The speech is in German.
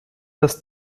dass